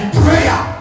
prayer